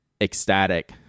ecstatic